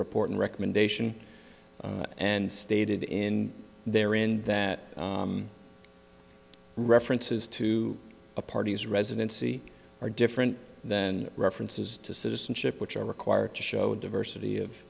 report recommendation and stated in there in that references to the parties residency are different then references to citizenship which are required to show diversity of